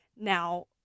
Now